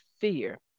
fear